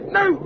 no